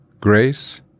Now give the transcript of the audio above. Grace